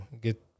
get